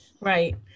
Right